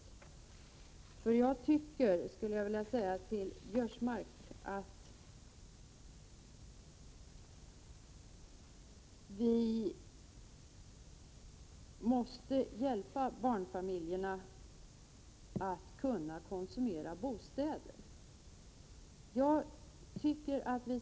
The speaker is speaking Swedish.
Till Karl-Göran Biörsmark vill jag säga att vi måste hjälpa barnfamiljerna att få möjlighet att konsumera bostäder.